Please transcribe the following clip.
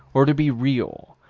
or to be real,